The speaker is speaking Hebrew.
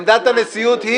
עמדת הנשיאות היא?